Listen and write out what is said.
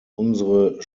unsere